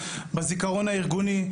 בזיכרון הארגוני.